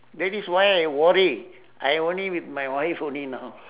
that is why I worry I only with my wife only now